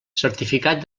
certificat